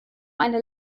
eine